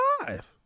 five